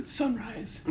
sunrise